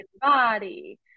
body